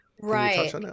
Right